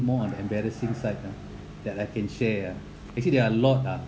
more on the embarrassing side ah that I can share ah actually there are a lot ah